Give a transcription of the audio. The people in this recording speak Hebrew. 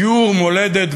"שיעור מולדת",